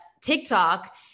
TikTok